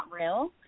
real